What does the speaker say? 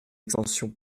extension